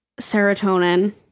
serotonin